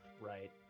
right